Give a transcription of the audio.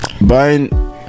Buying